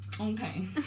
Okay